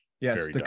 Yes